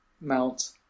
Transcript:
mount